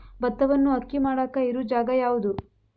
ಭತ್ತವನ್ನು ಅಕ್ಕಿ ಮಾಡಾಕ ಇರು ಜಾಗ ಯಾವುದು?